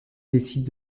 décide